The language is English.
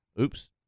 oops